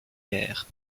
guerres